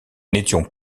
n’étions